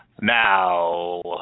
Now